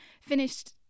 finished